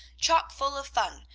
chock-full of fun,